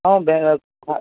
অঁ বেংকৰ তাত